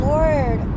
Lord